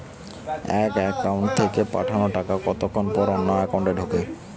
এক একাউন্ট থেকে পাঠানো টাকা কতক্ষন পর অন্য একাউন্টে ঢোকে?